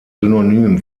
synonym